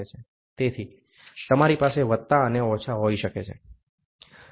તેથી તમારી પાસે વત્તા અને ઓછા હોઈ શકે છે